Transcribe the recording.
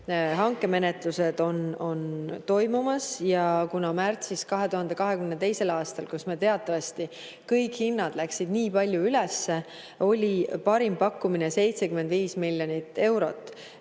hankemenetlused toimuvad. Kuna märtsis 2022, kui meil teatavasti kõik hinnad läksid nii palju üles, oli parim pakkumine 75 miljonit eurot